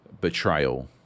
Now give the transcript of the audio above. betrayal